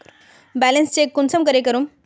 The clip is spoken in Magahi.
बैलेंस चेक कुंसम करे करूम?